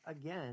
again